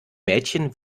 mädchen